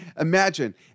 Imagine